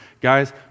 Guys